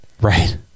right